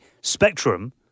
Spectrum